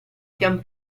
pian